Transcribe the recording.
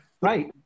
right